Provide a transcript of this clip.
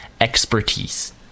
expertise